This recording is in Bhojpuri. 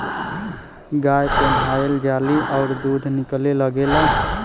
गाय पेनाहय जाली अउर दूध निकले लगेला